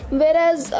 Whereas